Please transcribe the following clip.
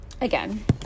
again